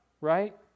right